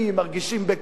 מרגישים בכוח,